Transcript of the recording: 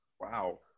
Wow